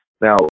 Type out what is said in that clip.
Now